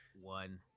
One